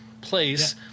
place